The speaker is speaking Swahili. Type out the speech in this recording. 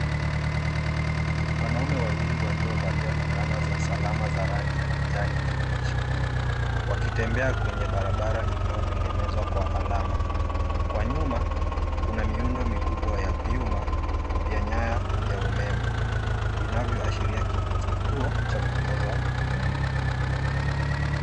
Wanaume wawili waliovalia fulana za usalama za rangi ya kijani kibichi ,wakitembea kwenye barabara iliyotengenezwa kwa alama. Kwa nyuma kuna miundo mikubwa ya vyuma vya nyaya ya umeme vinavyoashiria kituo cha kupoza umeme.